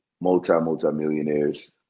multi-multi-millionaires